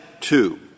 two